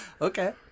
Okay